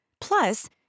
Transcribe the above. plus